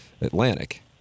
Atlantic